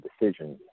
decisions